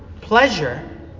pleasure